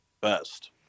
best